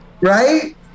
right